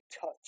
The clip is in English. touch